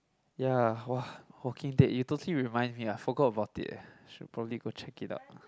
ya !wah! Walking Dead you totally remind me I forgot about it eh should probably go check it out